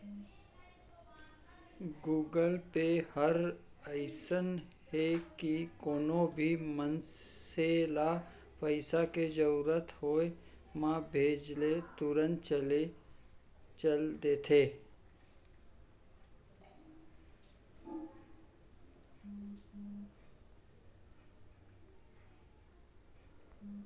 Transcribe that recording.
Google Pay हर अइसन हे कि कोनो भी मनसे ल पइसा के जरूरत होय म भेजे ले तुरते चल देथे